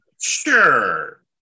sure